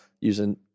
using